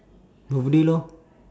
nobody lor